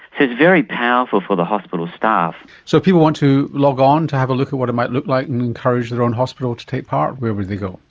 very powerful for the hospital staff. so if people want to log on to have a look at what it might look like and encourage their own hospital to take part where would they go?